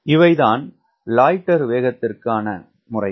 இவைதான் லாயிட்டர் வேகத்திற்கான முறைகள்